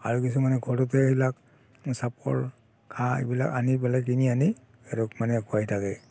আৰু কিছুমানে ঘৰতে সেইবিলাক চাপৰ ঘাঁহ এইবিলাক আনি পেলাই কিনি আনি সিহঁতক মানে খুৱাই থাকে